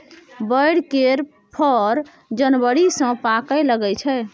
बैर केर फर जनबरी सँ पाकय लगै छै